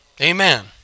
Amen